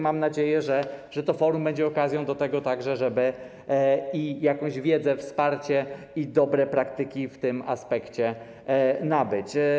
Mam nadzieję, że to forum będzie okazją także do tego, żeby i jakąś wiedzę, wsparcie, i dobre praktyki w tym aspekcie nabyć.